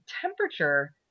temperature